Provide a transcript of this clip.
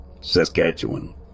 Saskatchewan